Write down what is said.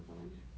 kawan ah